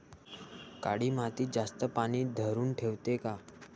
काळी माती जास्त पानी धरुन ठेवते का?